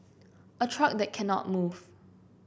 a truck that cannot move